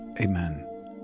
Amen